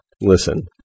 listen